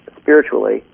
spiritually